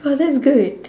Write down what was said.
oh that's good